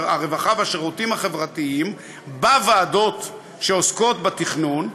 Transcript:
הרווחה והשירותים החברתיים בוועדות שעוסקות בתכנון,